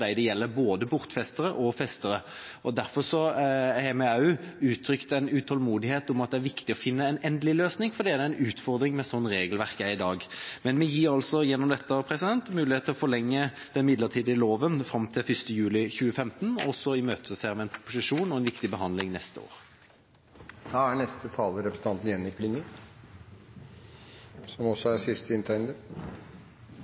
Det er viktig for dem det gjelder, både bortfestere og festere. Derfor har vi også gitt uttrykk for utålmodighet når det gjelder at det er viktig å finne en endelig løsning, for det er en utfordring med regelverket slik det er i dag. Men vi gir altså gjennom dette mulighet til å forlenge den midlertidige loven fram til 1. juli 2015, og så imøteser vi en proposisjon og en viktig behandling neste